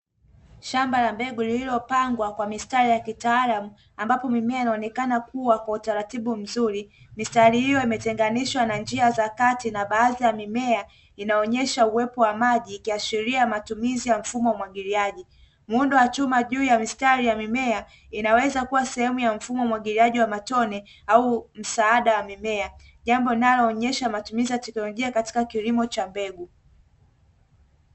Shamba la mbegu lililopangwa kwa mistari ya kitaalamu, ambapo mimea inaonekana kuwa kwa utaratibu mzuri, mistari hiyo imetenganishwa na njia za kati na baadhi ya mimea inaonyesha uwepo wa maji ikiashiria matumizi ya mfumo wa umwagiliaji. Muundo wa chuma juu ya mistari ya mimea inaweza kuwa sehemu ya mfumo wa umwagiliaji wa matone au msaada wa mimea, jambo linaloonyesha matumizi ya teknolojia katika kilimo cha mbegu.